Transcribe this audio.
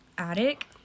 attic